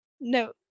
no